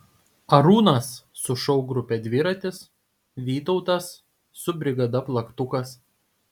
arūnas su šou grupe dviratis vytautas su brigada plaktukas